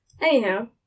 Anyhow